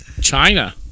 China